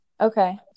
Okay